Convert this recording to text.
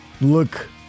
look